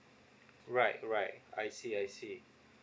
right right I see I see